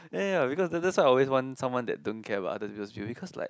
ya ya because I always want someone that don't care about others because cause like